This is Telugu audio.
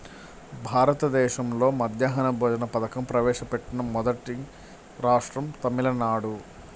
భారతదేశంలో మధ్యాహ్న భోజన పథకం ప్రవేశపెట్టిన మొదటి రాష్ట్రం తమిళనాడు